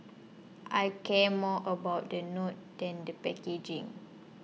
I care more about the note than the packaging